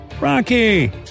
Rocky